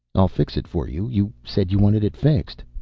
i'll fix it for you. you said you wanted it fixed.